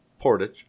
Portage